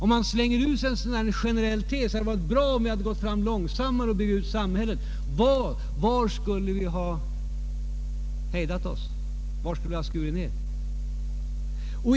Man slänger ur sig en sådan generell tes som att det hade varit bra om vi gått fram långsammare med att bygga ut samhället, men var skulle vi ha hejdat oss, vad skulle vi ha skurit ned?